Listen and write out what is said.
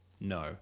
No